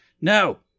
no